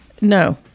No